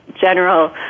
general